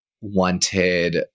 wanted